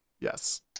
Yes